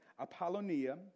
Apollonia